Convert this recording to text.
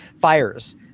fires